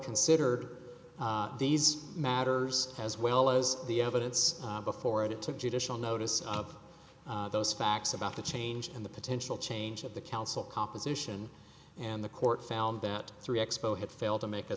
considered these matters as well as the evidence before it took judicial notice of those facts about the change and the potential change of the council composition and the court found that three expo had failed to make a